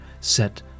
set